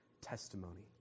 testimony